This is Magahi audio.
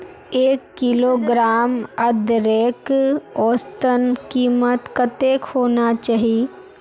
एक किलोग्राम अदरकेर औसतन कीमत कतेक होना चही?